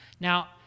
Now